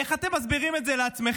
איך אתם מסבירים את זה לעצמכם?